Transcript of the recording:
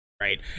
right